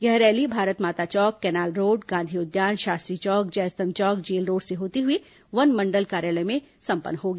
यह rally Bharat Mata Chowk canal road Gandhi Udyan Shastri Chowk Jai Stambh Chowk jail road से होती हुई वनमण्डल कार्यालय में संपन्न होगी